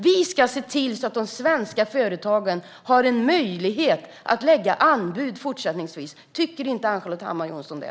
Vi ska se till att de svenska företagen har möjlighet att lägga anbud fortsättningsvis - tycker inte Ann-Charlotte Hammar Johnsson det?